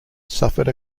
suffered